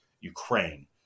Ukraine